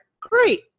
great